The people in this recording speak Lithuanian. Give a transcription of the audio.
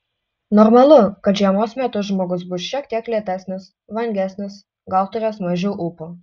normalu kad žiemos metu žmogus bus šiek tiek lėtesnis vangesnis gal turės mažiau ūpo